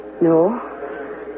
No